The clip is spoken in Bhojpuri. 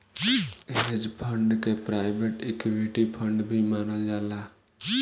हेज फंड के प्राइवेट इक्विटी फंड भी मानल जाला